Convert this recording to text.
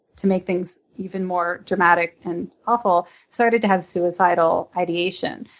to make things even more dramatic and awful, started to have suicidal ideation.